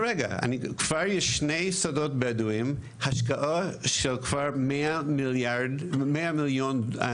כבר יש שני שדות בדואיים של 100 מיליון שקל.